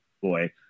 boy